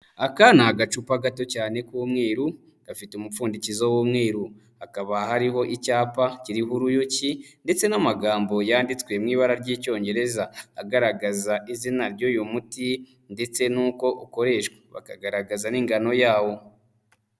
Aka ni agacupa gato cyane k'umweru, gafite umupfundikizo w'umweru, hakaba hariho icyapa kiriho uruyuki ndetse n'amagambo yanditswe mu ibara ry'Icyongereza agaragaza izina ry'uyu muti ndetse n'uko ukoreshwa bakagaragaza n'ingano yawo.